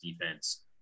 defense